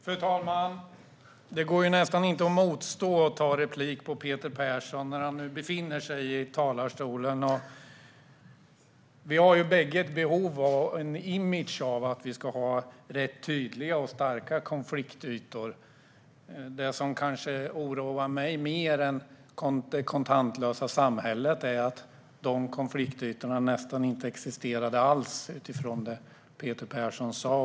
Fru talman! Det går nästan inte att motstå att ta replik på Peter Persson när han nu befinner sig i talarstolen. Vi har bägge en image av att vi ska ha rätt tydliga och starka konfliktytor. Det som kanske oroar mig mer än det kontantlösa samhället är att de konfliktytorna nästan inte existerar alls om man utgår från vad Peter Persson sa.